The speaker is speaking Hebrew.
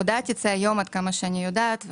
הודעה תצא היום עד כמה שאני יודעת.